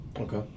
okay